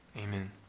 Amen